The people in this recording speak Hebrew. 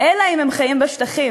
אלא אם הם חיים בשטחים,